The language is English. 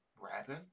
rapping